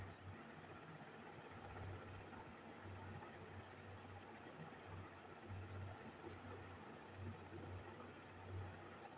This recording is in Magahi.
जमा वित्त विकास निधि जोजना के मुख्य उद्देश्य शहरी स्थानीय निकाय के आत्मनिर्भर हइ